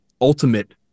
ultimate